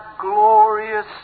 glorious